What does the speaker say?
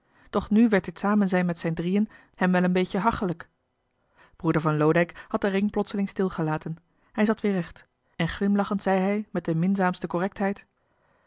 doch nu werd dit samenzijn met zijn drieën hem wel een beetje hachelijk broeder van loodijck had den ring plotseling stil gelaten hij zat weer recht en glimlachend zei hij met de minzaamste